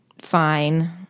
fine